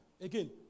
again